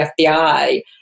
FBI